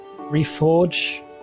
reforge